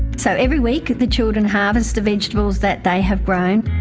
so every week the children harvest the vegetables that they have grown,